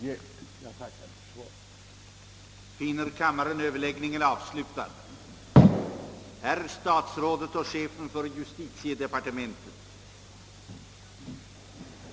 Jag tackar än en gång för svaret.